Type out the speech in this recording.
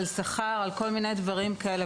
על שכר ועל כל מיני דברים כאלה,